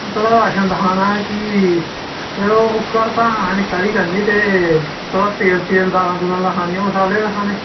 ते ओह् थोह्ड़ा राशन लखाना हा की ते यरो घर धाम ऐ निक्का हारी करनी ते थोह्ड़ा तेल दालां लखानियां मसाले लखाने